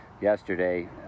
yesterday